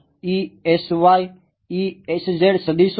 તેથી આ સદીશો છે